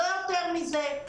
לא יותר מזה.